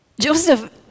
Joseph